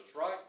right